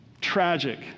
Tragic